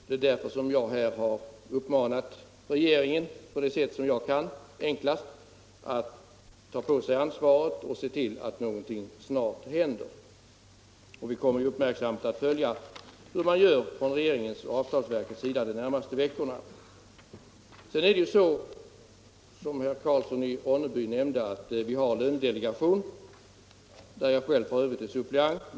Det är därför jag har uppmanat regeringen, på det sätt jag enklast kan göra, att ta på sig ansvaret och se till att någonting snart händer. Vi kommer uppmärksamt att följa hur regeringen och avtalsverket gör de närmaste veckorna. Såsom herr Karlsson i Ronneby nämnde har vi en lönedelegation, där jag själv f.ö. är suppleant.